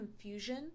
confusion